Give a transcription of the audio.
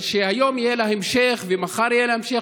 שהיום יהיה לה המשך ומחר יהיה לה המשך,